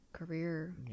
Career